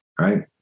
right